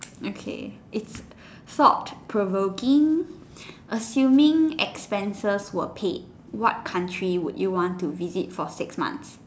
okay is thought provoking assuming expenses were paid what country would you want to visit for six months